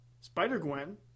Spider-Gwen